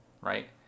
right